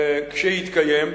כשיתקיים,